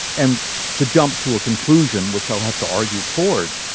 and to jump to a conclusion, which i'll have to argue towards,